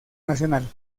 nacional